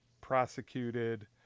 prosecuted